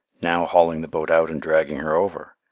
now hauling the boat out and dragging her over,